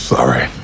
Sorry